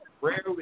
Rarely